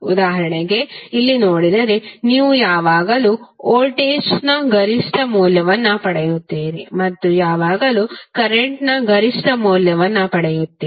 ಉದಾಹರಣೆಗೆ ಇಲ್ಲಿ ನೋಡಿದರೆ ನೀವು ಯಾವಾಗಲೂ ವೋಲ್ಟೇಜ್ನ ಗರಿಷ್ಠ ಮೌಲ್ಯವನ್ನು ಪಡೆಯುತ್ತೀರಿ ಮತ್ತು ಯಾವಾಗಲೂ ಕರೆಂಟ್ ನ ಗರಿಷ್ಠ ಮೌಲ್ಯವನ್ನು ಪಡೆಯುತ್ತೀರಿ